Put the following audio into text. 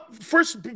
First